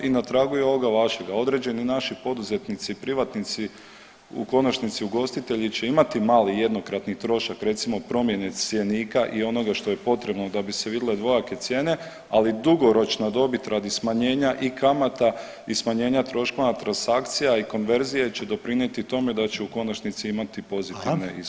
I na tragu i ovoga vašega određeni naši poduzetnici privatnici u konačnici ugostitelji će imati mali jednokratni trošak recimo promjene cjenika i onoga što je potrebno da bi se vidjele dvojake cijene ali dugoročna dobit radi smanjenja i kamata i smanjenja troškova transakcija i konverzije će doprinijeti tome da će u konačnici imati pozitivne ishode.